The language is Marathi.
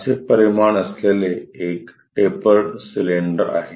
असे परिमाण असलेले एक टेपर्ड सिलेंडर आहे